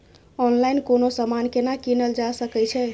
Online कोनो समान केना कीनल जा सकै छै?